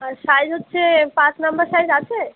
আর size হচ্ছে পাঁচ number size আছে